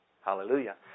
Hallelujah